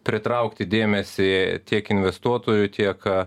pritraukti dėmesį tiek investuotojui tiek